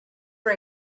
for